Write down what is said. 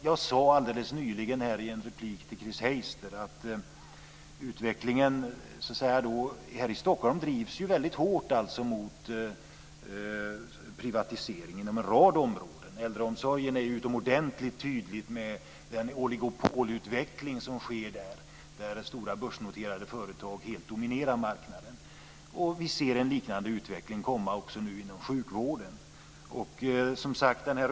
Jag sade alldeles nyligen i en replik till Chris Heister att utvecklingen här i Stockholm drivs väldigt hårt mot privatisering inom en rad områden. Inom äldreomsorgen är det ju utomordentligt tydligt, med den oligopolutveckling som sker där stora, börsnoterade företag helt dominerar marknaden. Vi ser nu en liknande utveckling komma också inom sjukvården.